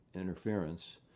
interference